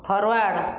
forward